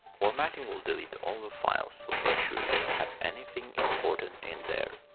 formatting will delete all the files, so make sure you don't have anything important in there.